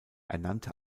ernannte